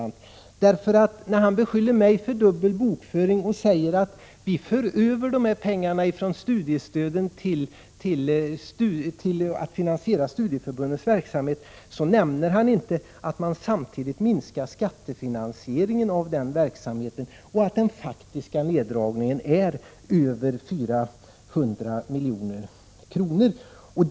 När han beskyller mig för dubbelräkning och säger att vi för över pengarna från studiestöden till finansieringen av studieförbundens verksamhet nämner han inte att skattefinansieringen av denna verksamhet samtidigt minskar och att den faktiska neddragningen är över 400 milj.kr.